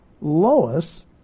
Lois